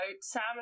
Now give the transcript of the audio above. Salmon